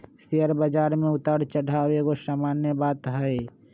share बजार में उतार चढ़ाओ एगो सामान्य बात हइ